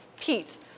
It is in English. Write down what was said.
Pete